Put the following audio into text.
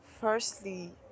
firstly